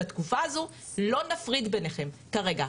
לא נפריד ביניכם כרגע.